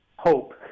hope